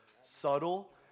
subtle